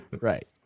right